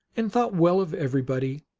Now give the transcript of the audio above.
and thought well of everybody,